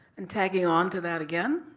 and tagging on to that again,